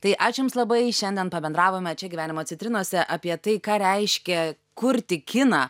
tai ačiū jums labai šiandien pabendravome čia gyvenimo citrinose apie tai ką reiškia kurti kiną